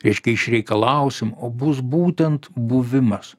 reiškia išreikalausim bus būtent buvimas